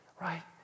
right